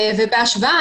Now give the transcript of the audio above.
בהשוואה,